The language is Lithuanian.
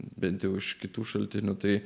bent jau iš kitų šaltinių tai